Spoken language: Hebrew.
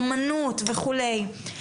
אומנות וכולי.